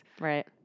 Right